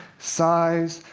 size,